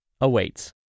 awaits